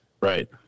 Right